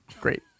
great